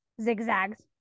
zigzags